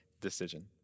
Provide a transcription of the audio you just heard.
decision